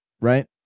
right